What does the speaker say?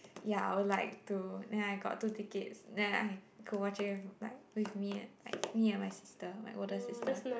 ya I would like to then I got two tickets then I go watch him like with me like me and my sister my older sister